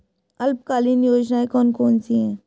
अल्पकालीन योजनाएं कौन कौन सी हैं?